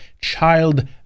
child